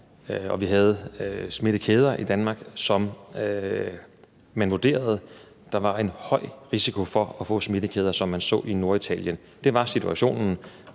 og smittekæder i Danmark, og man vurderede, der var høj risiko for at få smittekæder, som man så det i Norditalien. Det var situationen